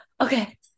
okay